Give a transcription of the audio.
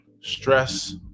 stress